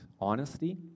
honesty